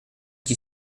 qui